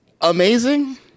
Amazing